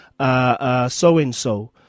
so-and-so